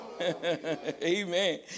Amen